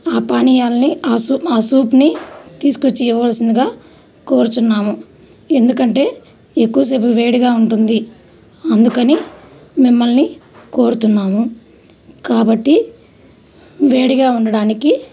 ఆ పానీయాలని ఆ సూప్ సూప్ని తీసుకొచ్చి ఇవ్వవలసిందిగా కోరుచున్నాము ఎందుకంటే ఎక్కువసేపు వేడిగా ఉంటుంది అందుకని మిమ్మల్ని కోరుతున్నాము కాబట్టి వేడిగా ఉండటానికి